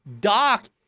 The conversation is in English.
Doc